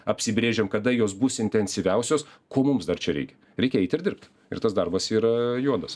apsibrėžiam kada jos bus intensyviausios ko mums dar čia reikia reikia eit ir dirbt ir tas darbas yra juodas